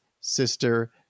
sister